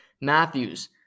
Matthews